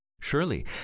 Surely